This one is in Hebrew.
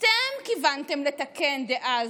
שאתם כיוונתם לתקן דאז.